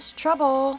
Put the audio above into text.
trouble